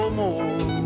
more